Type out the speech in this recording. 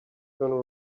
gonna